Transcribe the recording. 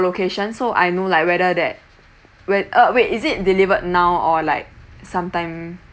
location so I know like whether that whe~ uh wait is it delivered now or like sometime